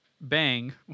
bang